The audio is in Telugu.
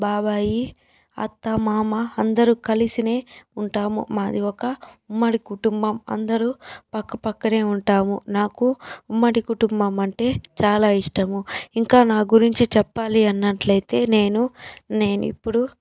బాబాయి అత్త మామ అందరూ కలిసినే ఉంటాము మాది ఒక ఉమ్మడి కుటుంబం అందరూ పక్క పక్కనే ఉంటాము నాకు ఉమ్మడి కుటుంబం అంటే చాలా ఇష్టము ఇంకా నా గురించి చెప్పాలి అన్నట్లయితే నేను నేనిప్పుడు